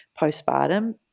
postpartum